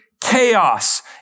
chaos